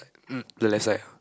um the left side ah